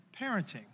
parenting